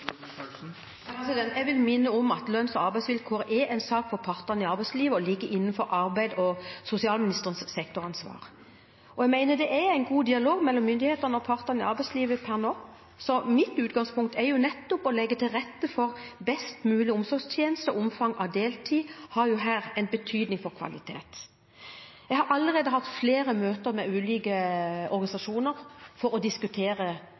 Jeg vil minne om at lønns- og arbeidsvilkår er en sak for partene i arbeidslivet og ligger innenfor arbeids- og sosialministerens sektoransvar. Jeg mener at det er en god dialog mellom myndighetene og partene i arbeidslivet per nå, så mitt utgangspunkt er nettopp å legge til rette for best mulige omsorgstjenester. Omfanget av deltid har jo her en betydning for kvalitet. Jeg har allerede hatt flere møter med ulike organisasjoner for å diskutere